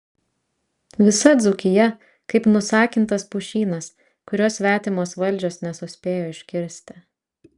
visa dzūkija kaip nusakintas pušynas kurio svetimos valdžios nesuspėjo iškirsti